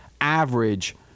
average